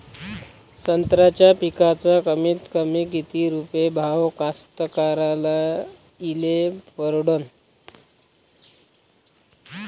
संत्र्याचा पिकाचा कमीतकमी किती रुपये भाव कास्तकाराइले परवडन?